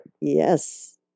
Yes